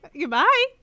Goodbye